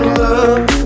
love